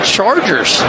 Chargers